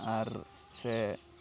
ᱟᱨ ᱥᱮ